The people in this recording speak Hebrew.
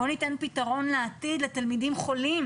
בוא ניתן פתרון לעתיד לתלמידים חולים,